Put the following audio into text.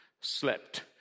slept